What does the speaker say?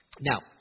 Now